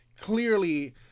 Clearly